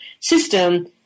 system